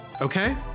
Okay